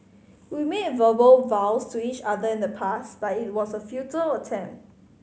we made verbal vows to each other in the past but it was a futile attempt